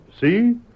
See